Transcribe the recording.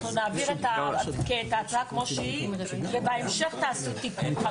אנחנו נעביר את ההצעה כמו שהיא ובהמשך תעשו תיקון.